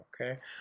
okay